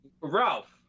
Ralph